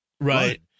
Right